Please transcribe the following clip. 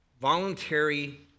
voluntary